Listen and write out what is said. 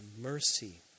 mercy